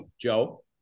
Joe